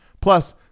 Plus